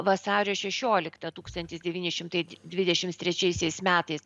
vasario šešioliktą tūkstantis devyni šimtai dvidešims trečiaisiais metais